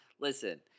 Listen